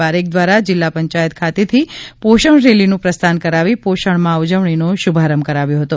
પારેખ દ્વારા જિલ્લા પંચાયત ખાતેથી પોષણ રેલીનું પ્રસ્થાન કરાવી પોષણ માહ ઉજવણીનો શુભારંભ કરાવ્યો હતો